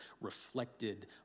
reflected